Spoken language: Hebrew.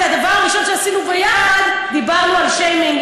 הדבר הראשון שעשינו יחד: דיברנו על שיימינג.